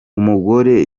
umugore